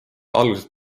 algusest